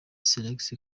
salax